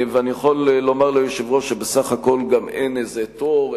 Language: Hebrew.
ואני יכול לומר ליושב-ראש שבסך הכול גם אין איזה תור,